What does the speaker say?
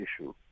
issue